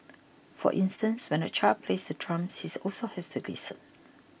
for instance when a child plays the drums he also has to listen